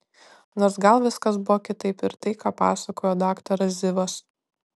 nors gal viskas buvo kitaip ir tai ką pasakojo daktaras zivas